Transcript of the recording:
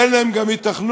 אין להן גם היתכנות.